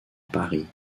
paris